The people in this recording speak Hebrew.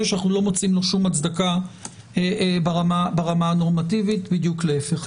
שאנחנו לא מוצאים לו כל הצדקה ברמה הנורמטיבית אלא בדיוק להיפך.